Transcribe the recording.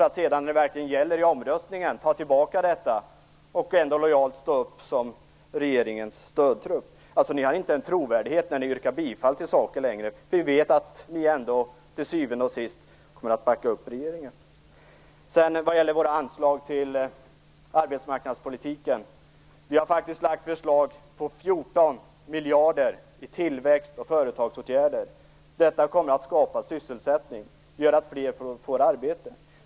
Men sedan, när det verkligen gällde i omröstningen, tog ni ändå tillbaka detta och stod lojalt upp som regeringens stödtrupp. Ni har inte längre någon trovärdighet när ni yrkar bifall till saker. Vi vet att ni ändå till syvende och sist kommer att backa upp regeringen. Sedan till våra anslag till arbetsmarknadspolitiken. Vi har faktiskt lagt fram förslag om 14 miljarder i tillväxt och företagsåtgärder. Detta kommer att skapa sysselsättning, det kommer att göra så att fler får arbete.